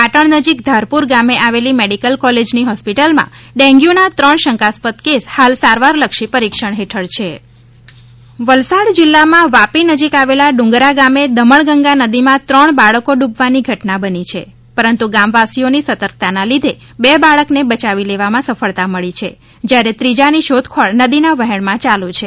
પાટણ નજીક ધારપુર ગામે આવેલી મેડિકલ કોલેજની હોસ્પિટલમાં ડેન્ગ્યુના ત્રણ શંકાસ્પદ કેસ હાલ સારવારલક્ષી પરીક્ષણ હેઠળ છે વલસાડ જીલ્લામાં વાપી નજીક આવેલા ડુંગરા ગામે દમણગંગા નદીમાં ત્રણ બાળકો ડૂબવાની ઘટના બની છે પરંતુ ગામવાસીઓની સતર્કતા ને લીધે બે બાળકને બચાવી લેવામાં સફળતા મળી છે જયારે ત્રીજાની શોધખોળ નદીના વહેણમાં ચાલુ છે